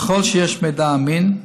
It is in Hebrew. ככל שיש מידע אמין,